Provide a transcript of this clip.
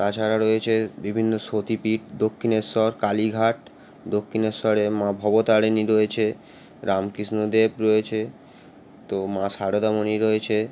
তাছাড়া রয়েছে বিভিন্ন সতীপীঠ দক্ষিণেশ্বর কালীঘাট দক্ষিণেশ্বরে মা ভবতারিণী রয়েছে রামকৃষ্ণদেব রয়েছে তো মা সারদামণি রয়েছে